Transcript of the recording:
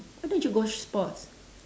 why don't you go sports